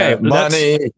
money